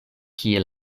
kie